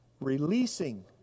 releasing